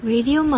Radio